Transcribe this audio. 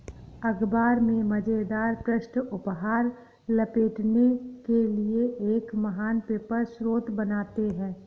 अख़बार में मज़ेदार पृष्ठ उपहार लपेटने के लिए एक महान पेपर स्रोत बनाते हैं